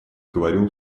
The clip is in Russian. говорил